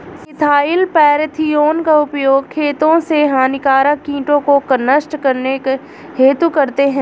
methyl parathion का उपयोग खेतों से हानिकारक कीटों को नष्ट करने हेतु करते है